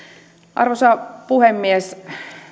arvoisa puhemies